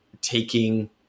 taking